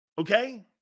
Okay